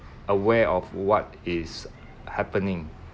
aware of what is happening